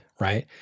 right